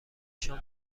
شام